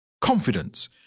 Confidence